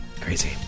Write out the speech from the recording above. Crazy